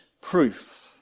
proof